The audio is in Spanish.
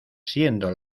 siendo